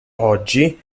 oggi